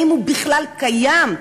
אם הוא בכלל קיים,